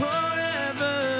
Forever